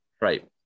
right